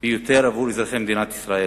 ביותר עבור אזרחי מדינת ישראל